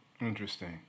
Interesting